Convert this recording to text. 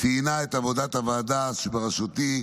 ואת עבודת הוועדה שבראשותי,